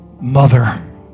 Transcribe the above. mother